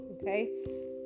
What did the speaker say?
Okay